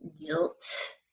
guilt